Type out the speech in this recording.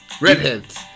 Redheads